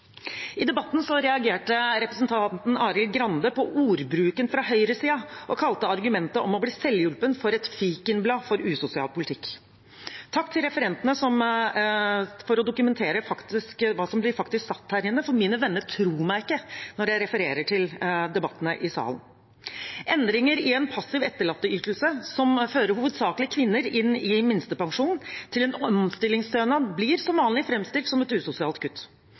I debatten reagerte representanten Arild Grande på ordbruken fra høyresiden og kalte argumentet for å bli selvhjulpen for et fikenblad for usosial politikk. Takk til referentene for at de dokumenterer hva som faktisk blir sagt her inne, for mine venner tror meg ikke når jeg refererer til debattene i salen. Endringer i en passiv etterlatteytelse som fører hovedsakelig kvinner inn i minstepensjon, til en omstillingsstønad, blir som vanlig framstilt som et usosialt kutt.